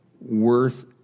worth